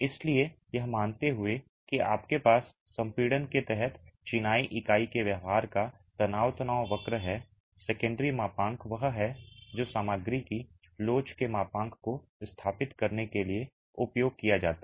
इसलिए यह मानते हुए कि आपके पास संपीड़न के तहत चिनाई इकाई के व्यवहार का तनाव तनाव वक्र है सेकेंडरी मापांक वह है जो सामग्री की लोच के मापांक को स्थापित करने के लिए उपयोग किया जाता है